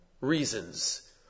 reasons